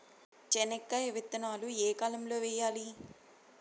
చెనక్కాయ విత్తనాలు ఏ కాలం లో వేయాలి?